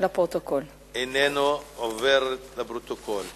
המסחר והתעסוקה ביום י"ז באדר התש"ע (3 במרס 2010):